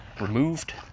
removed